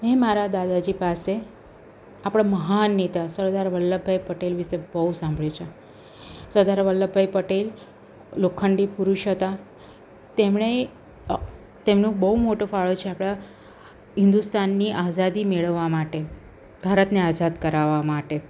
મેં મારા દાદાજી પાસે આપણા મહાન નેતા સરદાર વલ્લભભાઈ પટેલ વિશે બહુ સાંભળ્યું છે સરદાર વલ્લભભાઈ પટેલ લોખંડી પુરુષ હતા તેમણે તેમનો બહુ મોટો ફાળો છે આપણા હિન્દુસ્તાનની આઝાદી મેળવવા માટે ભારતને આઝાદ કરાવવા માટે